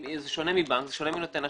זה שונה מבנק, זה שונה מנותן אשראי.